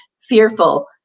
fearful